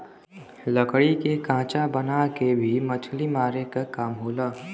लकड़ी के खांचा बना के भी मछरी मारे क काम होला